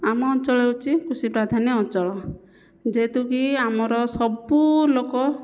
ଆମ ଅଞ୍ଚଳ ହେଉଛି କୃଷିପ୍ରଧାନ ଅଞ୍ଚଳ ଯେହେତୁକି ଆମର ସବୁ ଲୋକ